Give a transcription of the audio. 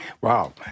Wow